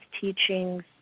teachings